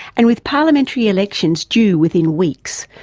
and with parliamentary elections due within weeks,